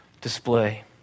display